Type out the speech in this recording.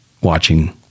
watching